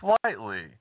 Slightly